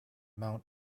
mount